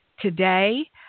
Today